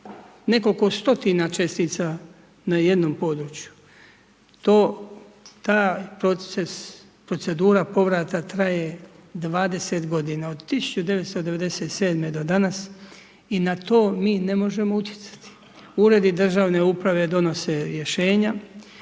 nekoliko stotina čestina na jednom području. Taj proces, procedura povrata traje 20 godina. Od 1997. do danas i na to mi ne možemo utjecati. Uredi državne uprave donose rješenja,